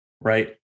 right